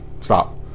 stop